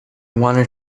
wanted